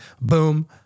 boom